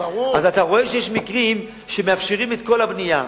אז אתה רואה שיש מקרים שמאפשרים את כל הבנייה,